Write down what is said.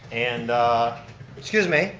and excuse me,